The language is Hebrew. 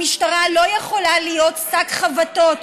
המשטרה לא יכולה להיות שק חבטות.